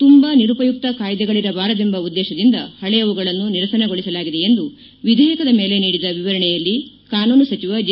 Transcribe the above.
ತುಂಬ ನಿರುಪಯುಕ್ತ ಕಾಯ್ದೆಗಳಿರಬಾರದೆಂಬ ಉದ್ದೇಶದಿಂದ ಪಳೆಯವುಗಳನ್ನು ನಿರಸನಗೊಳಿಸಲಾಗಿದೆ ಎಂದು ವಿಧೇಯಕದ ಮೇಲೆ ನೀಡಿದ ವಿವರಣೆಯಲ್ಲಿ ಕಾನೂನು ಸಚಿವ ಜೆ